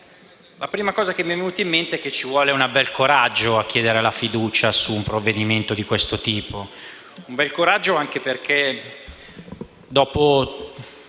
la prima cosa che mi è venuta in mente è che ci vuole un bel coraggio a chiedere la fiducia su un provvedimento di questo tipo. Dopo tutto il tempo